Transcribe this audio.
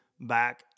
back